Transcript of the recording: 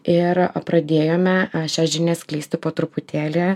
ir pradėjome šią žinią skleisti po truputėlį